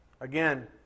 Again